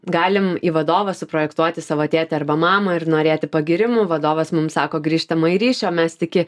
galim į vadovą suprojektuoti savo tėtį arba mamą ir norėti pagyrimų vadovas mums sako grįžtamąjį ryšį mes tiki